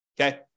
okay